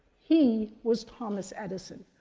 he was thomas edison,